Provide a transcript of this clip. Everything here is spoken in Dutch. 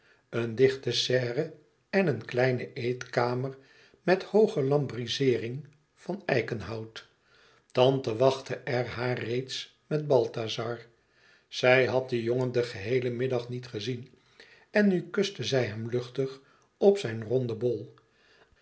een dichte serre en een kleine eetkamer met hooge lambrizeering van eikenhout tante wachtte er haar reeds met balthazar zij had den jongen den geheelen middag niet gezien en nu kuste zij hem luchtig op zijn ronden bol